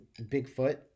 Bigfoot